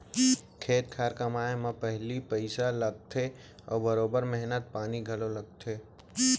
खेत खार कमाए म पहिली पइसा लागथे अउ बरोबर मेहनत पानी घलौ लागथे